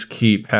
keep